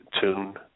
tune